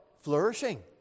flourishing